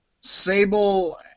Sable